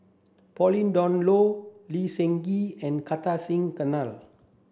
Pauline Dawn Loh Lee Seng Gee and Kartar Singh Thakral